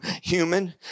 human